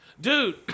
Dude